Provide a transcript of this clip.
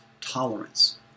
tolerance